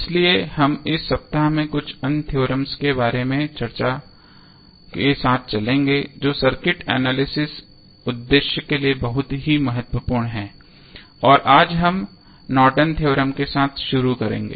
इसलिए हम इस सप्ताह में कुछ अन्य थेओरेम्स के साथ चलेंगे जो सर्किट एनालिसिस उद्देश्य के लिए बहुत महत्वपूर्ण हैं और हम आज नॉर्टन थ्योरम Nortons Theorem के साथ शुरू करेंगे